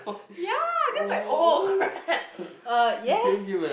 ya then it was like oh crap yes